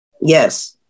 Yes